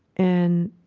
and